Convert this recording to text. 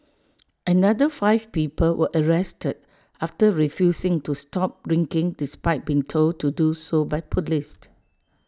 another five people were arrested after refusing to stop drinking despite being told to do so by Police